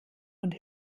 und